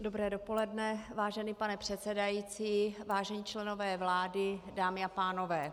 Dobré dopoledne, vážený pane předsedající, vážení členové vlády, dámy a pánové.